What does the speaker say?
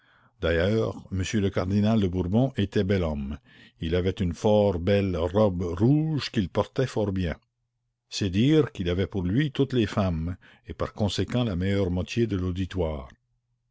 d'ailleurs monsieur le cardinal de bourbon était bel homme il avait une fort belle robe rouge qu'il portait fort bien c'est dire qu'il avait pour lui toutes les femmes et par conséquent la meilleure moitié de l'auditoire